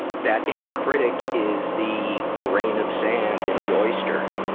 that inner critic is the grain of sand in the oyster.